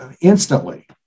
instantly